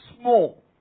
small